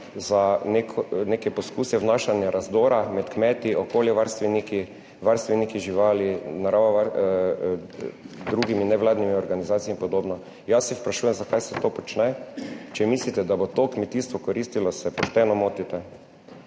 za neke poskuse vnašanja razdora med kmeti, okoljevarstveniki, varstveniki živali, naravo, drugimi nevladnimi organizacijami in podobno. Jaz se sprašujem zakaj se to počne. Če mislite, da bo to kmetijstvo koristilo, se pošteno motite.